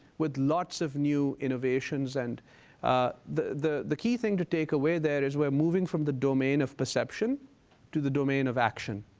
with lots of new innovations. and the the key thing to take away there is, we're moving from the domain of perception to the domain of action.